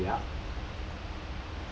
yup